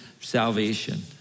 salvation